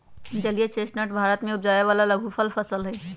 जलीय चेस्टनट भारत में उपजावे वाला लघुफल फसल हई